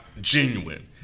genuine